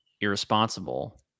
irresponsible